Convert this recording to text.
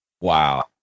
Wow